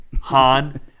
Han